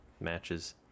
matches